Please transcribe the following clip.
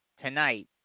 Tonight